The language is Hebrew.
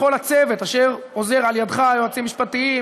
לכל הצוות אשר עוזר על ידך: היועצים המשפטיים,